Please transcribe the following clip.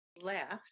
left